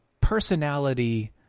personality